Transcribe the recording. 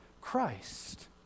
Christ